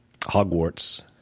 hogwarts